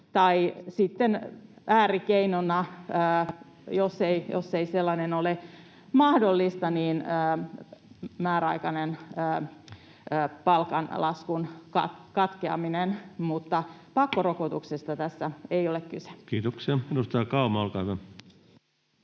äärikeinona, jos ei sellainen ole mahdollista, määräaikainen palkanlaskun katkeaminen. Mutta pakkorokotuksesta tässä ei ole kyse. Kiitoksia. — Edustaja Kauma, olkaa hyvä.